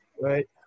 right